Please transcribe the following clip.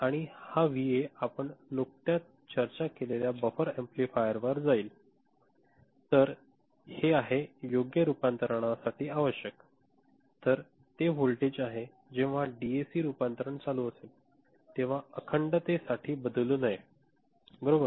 आणि हा व्हीए आपण नुकत्याच चर्चा केलेल्या बफर एम्पलीफायरवर जाईल तर हे आहे योग्य रूपांतरणासाठी आवश्यक तर ते व्होल्टेज आहे जेव्हा डीएसी रूपांतरण चालू असेल तेव्हा अखंडतेसाठी बदलू नये बरोबर